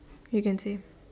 you can say